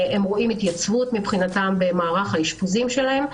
הם רואים התייצבות מבחינתם במערך האשפוזים שלהם,